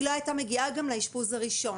היא לא הייתה מגיעה גם לאשפוז הראשון.